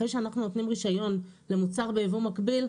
אחרי שאנחנו נותנים רישיון למוצר בייבוא מקביל,